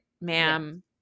ma'am